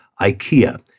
Ikea